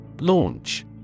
Launch